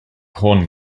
horn